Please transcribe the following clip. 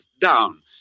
down